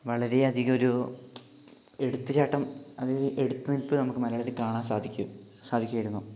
വളരെയധികം ഒരു എടുത്തുചാട്ടം അതായത് എടുത്തു നിൽപ്പ് നമുക്ക് മലയാളത്തിൽ കാണാൻ സാധിക്കും സാധിക്കുമായിരുന്നു